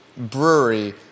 brewery